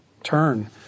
Turn